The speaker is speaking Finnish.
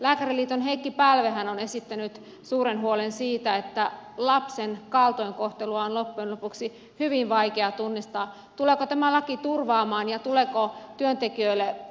lääkäriliiton heikki pälvehän on esittänyt suuren huolen siitä että lapsen kaltoinkohtelua on loppujen lopuksi hyvin vaikea tunnistaa tuleeko tämä lähti kuvaamaan ja tuleeko työntekijällä